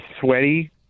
sweaty